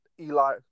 Eli